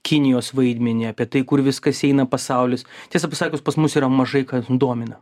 kinijos vaidmenį apie tai kur viskas eina pasaulis tiesą pasakius pas mus yra mažai ką domina